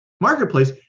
marketplace